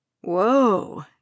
Whoa